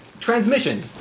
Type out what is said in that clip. transmission